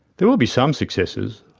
there will be some successes,